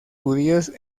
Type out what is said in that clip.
judíos